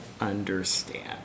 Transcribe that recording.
understand